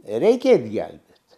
reikia at gelbėt